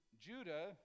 Judah